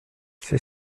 c’est